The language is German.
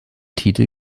titel